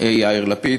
יאיר לפיד,